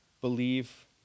believe